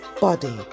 body